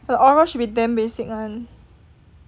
the oral should be damn basic [one]